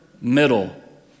middle